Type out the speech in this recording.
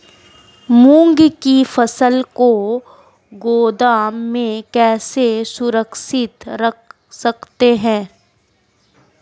मूंग की फसल को गोदाम में कैसे सुरक्षित रख सकते हैं?